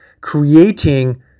creating